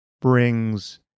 brings